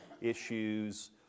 issues